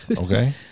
okay